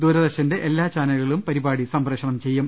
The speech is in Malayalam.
ദൂരദർശന്റെ എല്ലാ ചാനലുകളും പരിപാടി സംപ്രേക്ഷണം ചെയ്യും